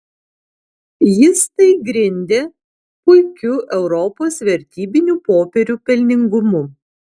jis tai grindė puikiu europos vertybinių popierių pelningumu